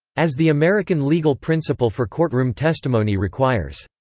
as the american legal principle for courtroom testimony requires.